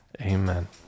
Amen